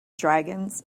dragons